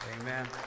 Amen